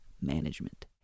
management